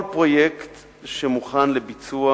כל פרויקט שמוכן לביצוע,